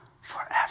forever